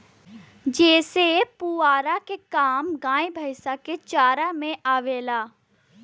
जेसे पुआरा के काम गाय भैईस के चारा में आवेला